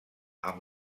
amb